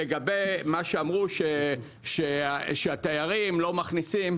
לגבי מה שאמרו, שהתיירים לא מכניסים.